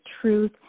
truth